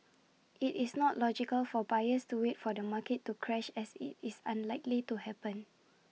IT is not logical for buyers to wait for the market to crash as IT is unlikely to happen